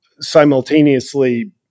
simultaneously